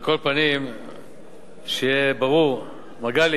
על כל פנים שיהיה ברור, מגלי